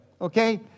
okay